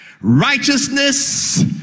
righteousness